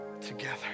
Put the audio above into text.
together